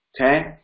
Okay